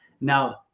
now